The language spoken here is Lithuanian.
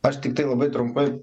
aš tiktai labai trumpai